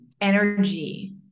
energy